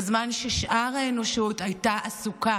בזמן ששאר האנושות הייתה עסוקה